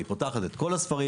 היא פותחת את כל הספרים,